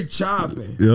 chopping